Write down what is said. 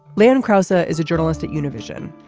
land cruiser is a journalist at univision.